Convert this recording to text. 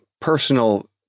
personal